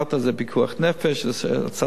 זה פיקוח נפש, זה הצלת נפשות,